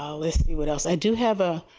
um let's see what else i do have a